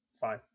fine